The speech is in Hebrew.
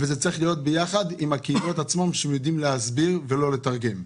וזה צריך להיות ביחד עם הקהילות עצמן שיודעים להסביר ולא לתרגם.